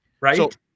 right